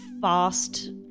fast